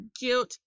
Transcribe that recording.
guilt